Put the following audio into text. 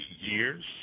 years